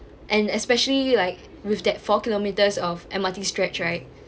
and especially you like with that four kilometres of M_R_T stretch right